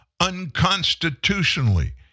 unconstitutionally